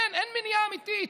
אין מניעה אמיתית.